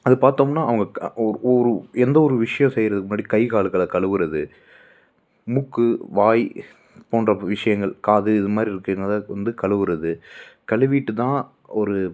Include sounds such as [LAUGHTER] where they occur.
அது பார்த்தோம்னா அவங்க க ஓ ஒரு எந்த ஒரு விஷியம் செய்கிறதுக்கு முன்னாடி கை காலுகளை கழுவுகிறது மூக்கு வாய் போன்ற விஷயங்கள் காது இது மாதிரி [UNINTELLIGIBLE] வந்து கழுவுகிறது கழுவிட்டு தான் ஒரு